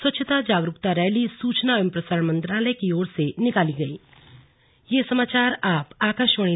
स्वच्छता जागरूकता रैली सूचना एवं प्रसारण मंत्रालय की ओर से निकाली गई थी